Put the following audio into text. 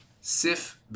sif